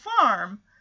farm